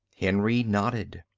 henry nodded.